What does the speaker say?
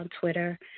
Twitter